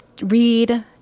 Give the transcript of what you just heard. read